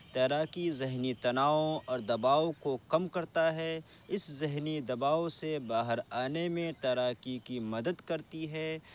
تیراکی ذہنی تناؤ اور دباؤ کو کم کرتا ہے اس ذہنی دباؤ سے باہر آنے میں تیراکی کی مدد کرتی ہے